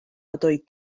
ydoedd